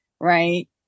right